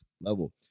level